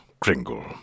Kringle